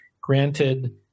granted